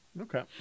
Okay